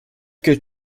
gilt